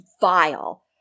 vile